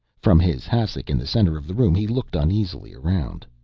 from his hassock in the center of the room he looked uneasily around.